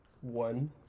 One